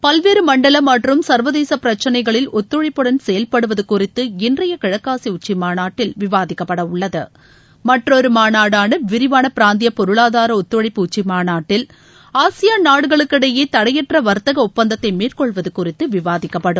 பல்வேறு மண்டல மற்றும் சர்வதேச பிரச்சினைகளில் ஒத்துழைப்புடன் செயல்படுவது குறித்து இன்றைய கிழக்காசிய உச்சி மாநாட்டில் விவாதிக்கப்படவுள்ளது மற்றொரு மாநாடான விரிவான பிராந்திய பொருளாதார ஒத்துழைப்பு உச்சி மாநாட்டில் ஆசியாள் நாடுகளுக்கு இடையே தடையற்ற வர்த்தக ஒப்பந்தத்தை மேற்கொள்வது குறித்து விவாதிக்கப்படும்